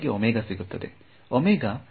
ನನಗೆ ಸಿಗುತ್ತದೆ